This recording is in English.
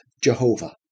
Jehovah